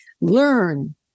Learn